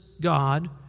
God